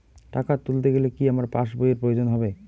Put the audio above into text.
টাকা তুলতে গেলে কি আমার পাশ বইয়ের প্রয়োজন হবে?